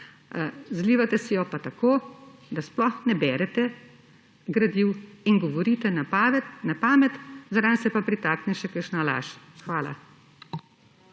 Zlivate si jo pa tako, da sploh ne berete gradiv in govorite na pamet, zraven se pa pritakne še kakšna laž. Hvala.